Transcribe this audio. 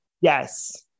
Yes